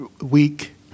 week